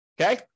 Okay